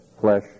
flesh